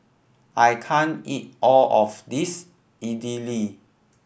I can't eat all of this Idili